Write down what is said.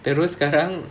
terus sekarang